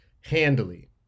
handily